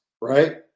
right